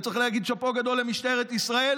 וצריך להגיד שאפו גדול למשטרת ישראל